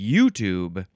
YouTube